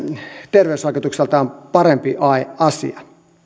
terveysvaikutuksiltaan huomattavasti parempi asia